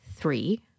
three